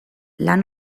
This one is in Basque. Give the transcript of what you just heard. lan